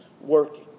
working